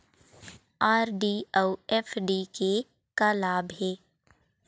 RD अऊ FD के का लाभ हे?